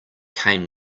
came